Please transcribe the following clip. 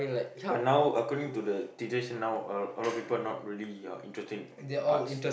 but now according to the traditional a a lot of people not really uh interested in arts